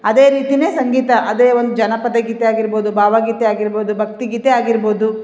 ಅದೇ ರೀತಿಯೆ ಸಂಗೀತ ಅದೇ ಒಂದು ಜನಪದ ಗೀತೆ ಆಗಿರ್ಬೋದು ಭಾವಗೀತೆ ಆಗಿರ್ಬೋದು ಭಕ್ತಿಗೀತೆ ಆಗಿರ್ಬೋದು